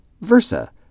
versa